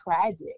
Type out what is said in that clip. tragic